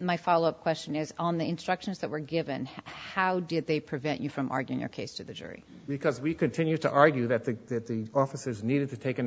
my follow up question is on the instructions that were given how did they prevent you from arguing your case to the jury because we continue to argue that the officers needed to take into